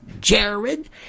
Jared